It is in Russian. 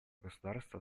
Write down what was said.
государства